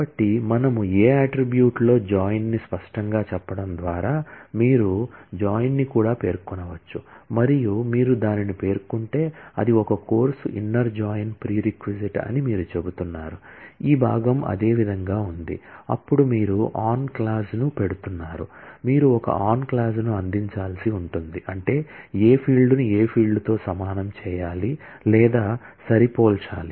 కాబట్టి మనము ఏ అట్ట్రిబ్యూట్ లో జాయిన్ ని స్పష్టంగా చెప్పడం ద్వారా మీరు జాయిన్ ని కూడా పేర్కొనవచ్చు మరియు మీరు దానిని పేర్కొంటే అది ఒక కోర్సు ఇన్నర్ జాయిన్ ను పెడుతున్నారు మీరు ఒక ఆన్ క్లాజ్ ను అందించాల్సి ఉంటుంది అంటే ఏ ఫీల్డ్ను ఏ ఫీల్డ్తో సమానం చేయాలి లేదా సరిపోల్చాలి